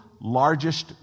largest